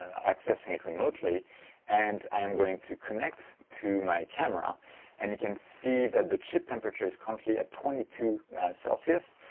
accessing it remotely and i am going to connect to my camera and you can see that the chip temperature is currently at twenty two celsius.